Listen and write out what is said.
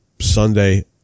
sunday